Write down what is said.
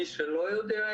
יש דרישה על פי הרפורמה